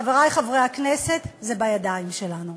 חברי חברי הכנסת, זה בידיים שלנו.